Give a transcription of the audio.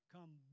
Come